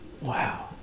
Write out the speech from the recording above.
Wow